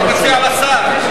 אני מציע לשר.